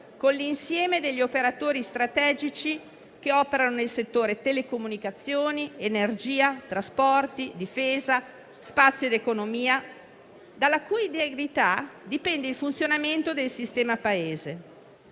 con l'insieme degli operatori strategici che operano nel settore delle telecomunicazioni, dell'energia, dei trasporti, della difesa, dello spazio e dell'economia, dalla cui integrità dipende il funzionamento del sistema Paese.